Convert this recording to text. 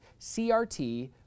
CRT